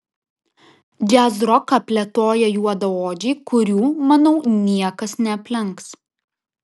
džiazroką plėtoja juodaodžiai kurių manau niekas neaplenks